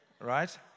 Right